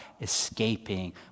escaping